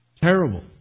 Terrible